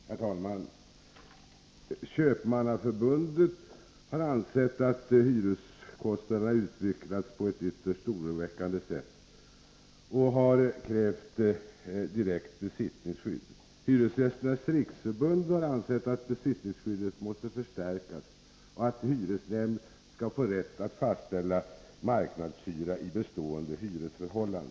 Herr talman! Jag tackar bostadsministern för svaret. Köpmannaförbundet har ansett att hyreskostnaderna utvecklats på ett ytterst oroväckande sätt och har krävt direkt besittningsskydd. Hyresgästernas riksförbund har ansett att besittningsskyddet måste förstärkas och att hyresnämnd skall få rätt att fastställa marknadshyra i bestående hyresförhållanden.